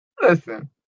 listen